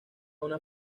una